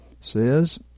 says